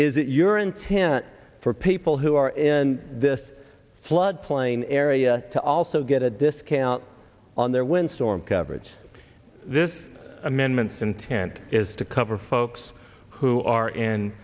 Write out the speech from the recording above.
that your intent for people who are in this floodplain area to also get a discount on their windstorm coverage this amendment intent is to cover folks who are in